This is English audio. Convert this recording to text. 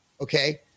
Okay